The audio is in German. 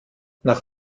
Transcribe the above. nach